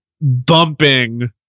bumping